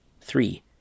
Three